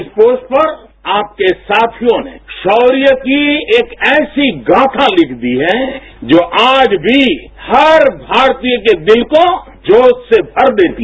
इस पोस्ट पर आपके साथियों ने शौर्य की एक ऐसी गाधा लिख दी हैजो आज भी हर भारतीय के दिल को जोश से भर देती है